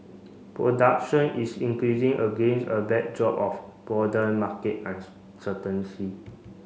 production is increasing against a backdrop of broader market uncertainty